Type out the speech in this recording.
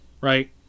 Right